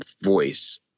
voice